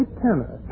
tenor